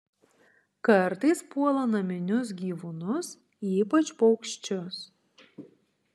kartais puola naminius gyvūnus ypač paukščius